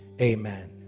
Amen